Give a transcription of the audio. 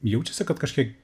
jaučiasi kad kažkiek